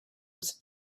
was